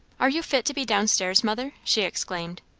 are you fit to be down-stairs, mother? she exclaimed.